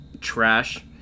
trash